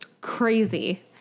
Crazy